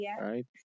right